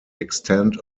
extend